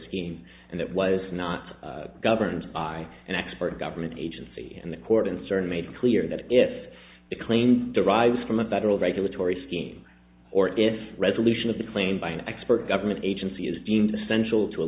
scheme and it was not governed by an expert government agency and the court in certain made clear that if the claim derives from a federal regulatory scheme or if resolution of the claim by an expert government agency is deemed essential to a